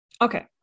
Okay